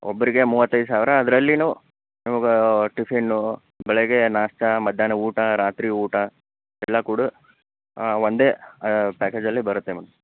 ಒಬ್ಬರಿಗೆ ಮೂವತ್ತೈದು ಸಾವಿರ ಅದರಲ್ಲಿನೂ ನಿಮಗೆ ಟಿಫಿನ್ ಬೆಳಿಗ್ಗೆ ನಾಷ್ಟಾ ಮಧ್ಯಾಹ್ನ ಊಟ ರಾತ್ರಿ ಊಟ ಎಲ್ಲ ಕೂಡು ಆ ಒಂದೇ ಪ್ಯಾಕೇಜಲ್ಲಿ ಬರುತ್ತೆ ಮೇಡಮ್